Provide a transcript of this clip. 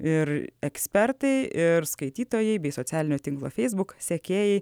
ir ekspertai ir skaitytojai bei socialinio tinklo feisbuk sekėjai